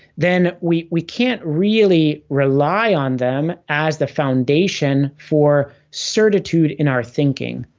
then we we can't really rely on them as the foundation for certitude in our thinking.